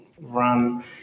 run